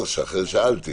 לכן שאלתי.